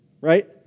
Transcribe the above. right